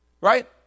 Right